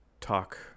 talk